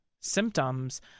symptoms